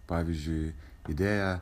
pavyzdžiui idėja